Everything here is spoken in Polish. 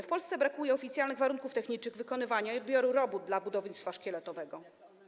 W Polsce brakuje oficjalnych warunków technicznych wykonywania i odbioru robót dla budownictwa szkieletowego.